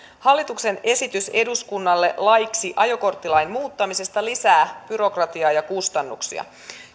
hallituksen esitys eduskunnalle laiksi ajokorttilain muuttamisesta lisää byrokratiaa ja kustannuksia